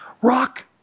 Rock